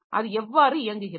அது எவ்வாறு இயங்குகிறது